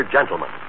Gentlemen